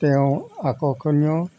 তেওঁ আকৰ্ষণীয়